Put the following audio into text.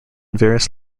various